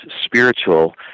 spiritual